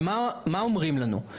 הרי מה אומרים לנו?